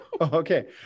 Okay